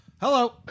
Hello